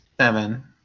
Seven